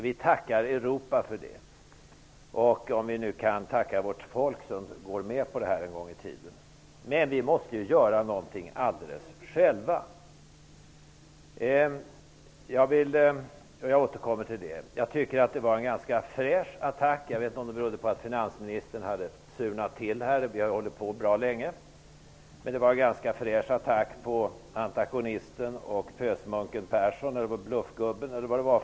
Vi tackar Europa för det och även vårt folk, om de någon gång i framtiden går med på EU medlemskap. Men vi måste ju göra någonting alldeles själva. Jag återkommer till det. Det var en ganska fräsch attack -- jag vet inte om den berodde på att finansministern hade surnat till, eftersom vi nu har diskuterat bra länge -- på antagonisten och pösmunken Persson eller bluffgubben eller vad det var.